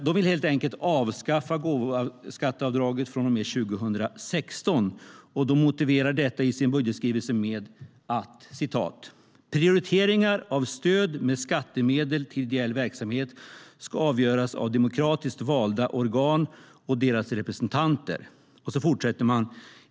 De ville helt avskaffa gåvoskatteavdraget från och med 2016. De motiverade detta i sin budgetskrivelse med följande: "Prioriteringar av stöd med skattemedel till ideell verksamhet ska avgöras av demokratiskt valda organ och deras representanter.